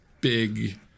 big